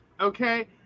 Okay